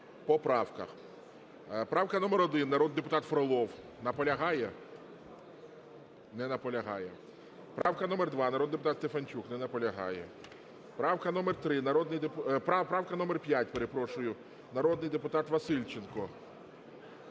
По правках. Правка номер 1, народний депутат Фролов. Наполягає? Не наполягає. Правка номер 2, народний депутат Стефанчук. Не наполягає. Правка номер 3, народний депутат… Правка номер 5, перепрошую, народний депутат Васильченко.